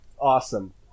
awesome